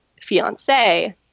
fiance